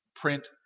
Print